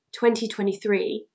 2023